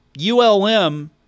ULM